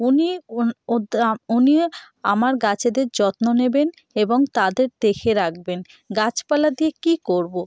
উনি উনি আমার গাছেদের যত্ন নেবেন এবং তাদের দেখে রাখবেন গাছপালা দিয়ে কী করব